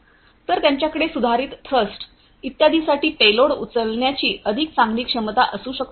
तर त्यांच्याकडे सुधारित थ्रस्ट इत्यादीसाठी पेलोड उचलण्याची अधिक चांगली क्षमता असू शकते